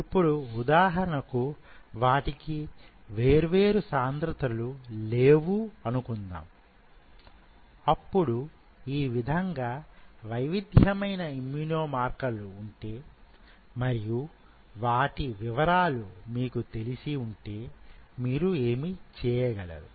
ఇప్పుడు ఉదాహరణకు వాటికి వేర్వేరు సాంద్రతలు లేవు అనుకుందాం అప్పుడు ఈ విధంగా వైవిధ్యమైన ఇమ్మ్యునో మార్కర్లు ఉంటే మరియు వాటి వివరాలు మీకు తెలిసి ఉంటే మీరు ఏమి చేయగలరు